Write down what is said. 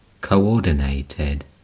coordinated